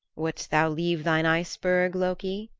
wouldst thou leave thine iceberg, loki,